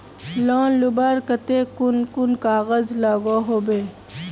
Loan लुबार केते कुन कुन कागज लागोहो होबे?